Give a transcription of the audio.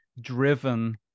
driven